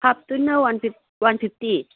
ꯍꯥꯐꯇꯨꯅ one fifty